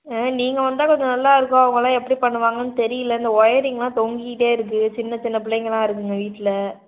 ஆ நீங்கள் வந்தால் கொஞ்சம் நல்ல இருக்கும் அவங்கள்லாம் எப்படி பண்ணுவாங்கன்னு தெரியல இந்த ஒயரிங்லாம் தொங்கிக்கிட்டே இருக்குது சின்ன சின்ன பிள்ளைங்களாம் இருக்குதுங்க வீட்டில்